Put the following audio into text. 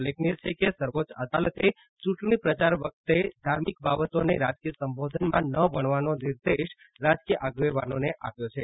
ઉલ્લેખનીય છે કે સર્વોચ્ચ અદાલતે ચૂંટણી પ્રચાર વખતે ધાર્મિક બાબતોને રાજકીય સંબોધનમાં ન વણવાનો નિર્દેશ રાજકીય આગેવાનોને આપ્યો છે